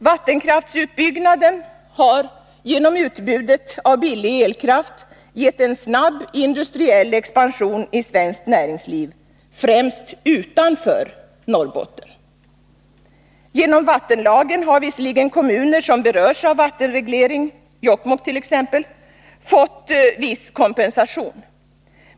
Vattenkraftsutbyggnaden har genom utbudet av billig elkraft gett en snabb industriell expansion i svenskt näringsliv — främst utanför Norrbotten. Genom vattenlagen har visserligen kommuner som berörs av vattenreglering, t.ex. Jokkmokk, fått viss kompensation.